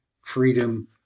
freedom